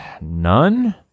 None